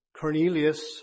Cornelius